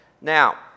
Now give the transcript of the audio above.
now